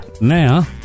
Now